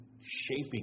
shaping